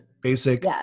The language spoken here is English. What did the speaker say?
basic